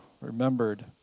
remembered